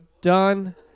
done